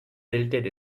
tilted